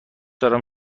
دارم